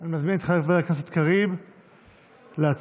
אנחנו עוברים לנושא הבא על סדר-היום,